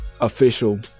official